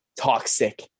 toxic